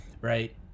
right